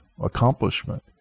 accomplishment